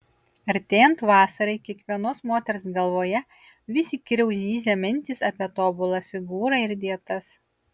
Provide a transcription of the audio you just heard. artėjant vasarai kiekvienos moters galvoje vis įkyriau zyzia mintys apie tobulą figūrą ir dietas